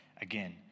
again